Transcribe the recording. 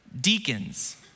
deacons